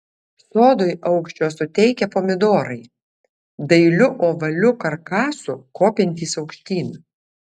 sodui aukščio suteikia pomidorai dailiu ovaliu karkasu kopiantys aukštyn